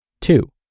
Two